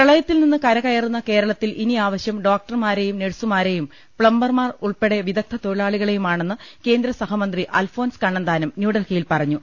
പ്രളയത്തിൽ നിന്ന് കരകയറുന്ന കേരളത്തിൽ ഇനി ആവശ്യം ഡോക്ടർമാരെയും നഴ്സുമാരെയും പ്തംബർമാർ ഉൾപ്പെടെ വിദഗ്ദ്ധ തൊഴിലാളികളെയു മാണെന്ന് കേന്ദ്രസഹമന്ത്രി അൽഫോൻസ് കണ്ണന്താനം ന്യൂഡൽഹിയിൽ പറഞ്ഞു